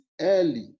early